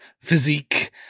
physique